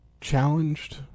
challenged